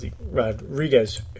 Rodriguez